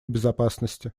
безопасности